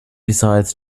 decides